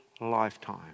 lifetime